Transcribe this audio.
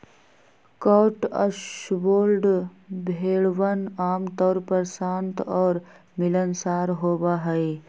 Cotswold भेड़वन आमतौर पर शांत और मिलनसार होबा हई